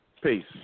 Peace